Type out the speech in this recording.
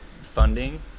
funding